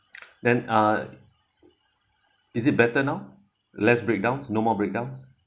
then uh is it better now less breakdowns no more breakdowns